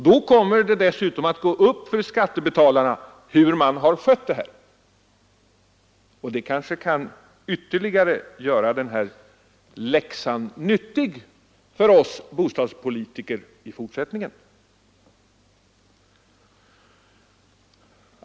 Då kommer det dessutom att gå upp för skattebetalarna hur man har skött det här, och det kanske ytterligare kan göra den här läxan nyttig för oss bostadspolitiker i fortsättningen.